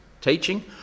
teaching